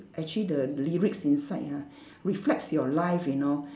actually the lyrics inside ah reflects your life you know